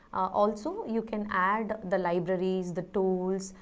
also you can add the libraries, the tools,